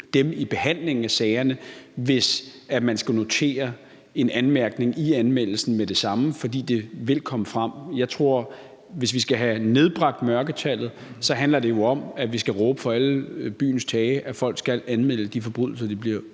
dem i behandlingen af sagerne, hvis man skulle notere en anmærkning i anmeldelsen med det samme, for det vilkomme frem. Jeg tror, at hvis vi skal have nedbragt mørketallet, så handler det om, at vi skal råbe fra alle byens tage, at folk skal anmelde de forbrydelser, de bliver udsat